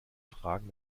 tragen